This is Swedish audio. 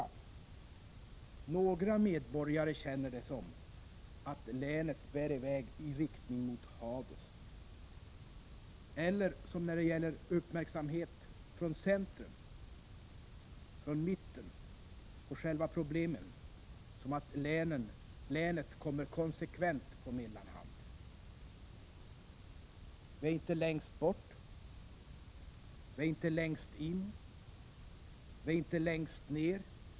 Några medborgare känner det som att länet bär i väg mot Hades eller — som när det gäller uppmärksamhet från centrum på själva problemen — som att länet kommer konsekvent på mellanhand. Vi är inte längst bort. Vi är inte längst in. Vi är inte längst ner.